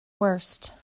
worst